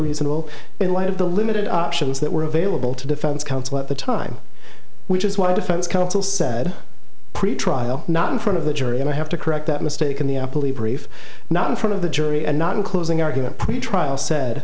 reasonable in light of the limited options that were available to defense counsel at the time which is why defense counsel said pretrial not in front of the jury and i have to correct that mistake in the police brief not in front of the jury and not in closing argument pretrial said